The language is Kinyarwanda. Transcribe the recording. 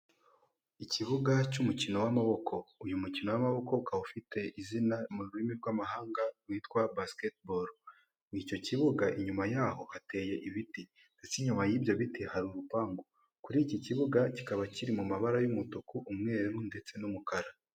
Ikibuga cy'umukino w'amaboko, Uyu mukino w'amaboko ukaba ufite izina mururimi rwamahanga rwitwa basketball ,icyo kibuga inyuma yaho hateye ibiti ndetse inyuma yibyo biti hari urupangu kuri iki kibuga kikaba kiri mu mabara y'umutuku , umweru ndetse n'umukara.